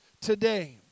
today